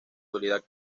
habilidad